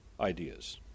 ideas